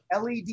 led